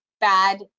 bad